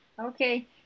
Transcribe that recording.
Okay